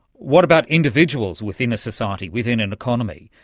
what about individuals within a society, within an economy?